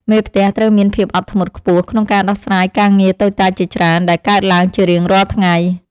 មេផ្ទះត្រូវមានភាពអត់ធ្មត់ខ្ពស់ក្នុងការដោះស្រាយការងារតូចតាចជាច្រើនដែលកើតឡើងជារៀងរាល់ថ្ងៃ។